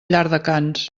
llardecans